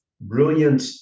brilliant